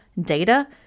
data